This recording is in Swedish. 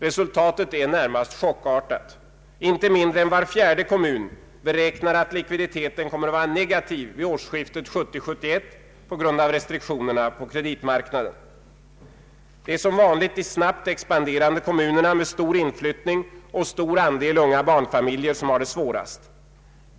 Resultatet är närmast chockartat. Inte mindre än var fjärde kommun beräknar att likviditeten kommer att vara negativ vid årsskiftet 1970/71 på grund av restriktionerna på kreditmarknaden. Det är som vanligt de snabbt expanderande kommunerna med stor inflyttning och stor andel unga barnfamiljer, som har det svårast.